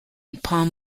palm